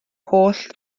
holl